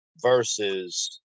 versus